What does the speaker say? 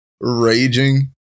raging